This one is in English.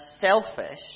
selfish